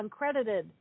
uncredited